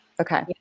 okay